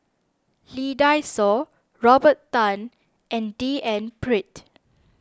Lee Dai Soh Robert Tan and D N Pritt